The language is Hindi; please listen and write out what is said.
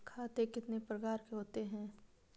खाते कितने प्रकार के होते हैं?